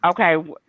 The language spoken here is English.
okay